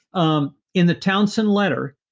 um in the townsend letter,